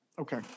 Okay